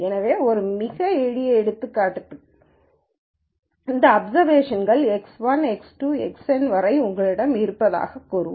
எனவே ஒரு மிக எளிய எடுத்துக்காட்டுக்கு இந்த அப்சர்வேஷன்கள்x1 x2 xN வரை உங்களிடம் இருப்பதாகக் கூறுவோம்